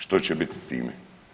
Što će biti s time.